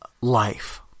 life